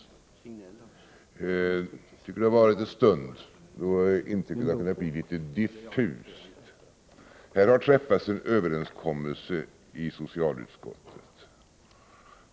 Under en stund nu har, tycker jag, intrycket kunnat bli litet diffust. Här har träffats en överenskommelse i socialutskottet.